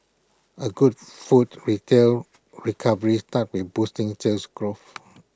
A good food retail recovery starts with boosting Sales Growth